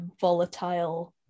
volatile